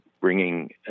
bringing